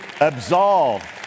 Absolved